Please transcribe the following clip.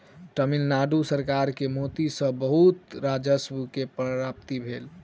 तमिल नाडु सरकार के मोती सॅ बहुत राजस्व के प्राप्ति भेल